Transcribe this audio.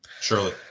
Surely